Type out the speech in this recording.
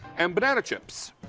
and banana chips.